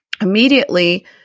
immediately